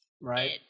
Right